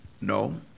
No